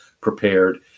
prepared